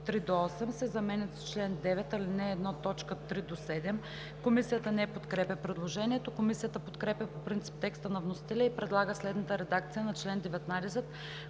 3 – 8“ се заменят с „чл. 9, ал. 1, т. 3 – 7“. Комисията не подкрепя предложението. Комисията подкрепя по принцип текста на вносителя и предлага следната редакция на чл. 19,